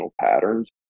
patterns